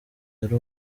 yari